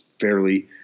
fairly